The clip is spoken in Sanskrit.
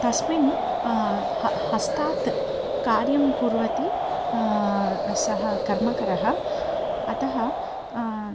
तस्मिन् ह हस्तात् कार्यं कुर्वति सः कर्मकरः अतः